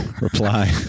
reply